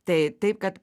tai taip kad